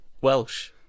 Welsh